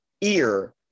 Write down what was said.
ear